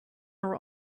are